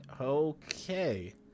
Okay